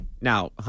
Now